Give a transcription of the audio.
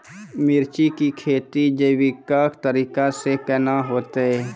मिर्ची की खेती जैविक तरीका से के ना होते?